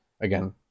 again